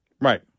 Right